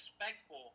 respectful